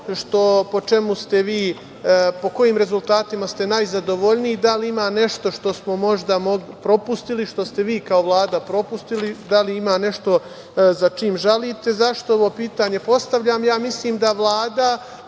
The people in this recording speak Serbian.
to po čemu ste vi, po kojim rezultatima ste vi najzadovoljniji i da li ima nešto što smo možda propustili, što ste vi kao Vlada propustili? Da li ima nešto za čim žalite? Zašto ovo pitanje postavljam? Ja mislim da Vlada,